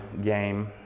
game